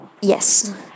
Yes